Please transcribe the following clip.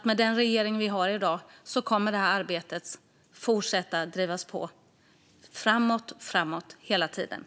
Med den regering vi har i dag vet jag att det här arbetet hela tiden kommer att fortsätta drivas på framåt.